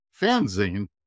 fanzine